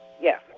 Yes